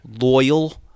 loyal